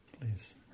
Please